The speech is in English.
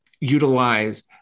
utilize